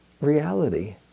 reality